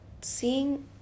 Seeing